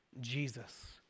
Jesus